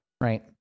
right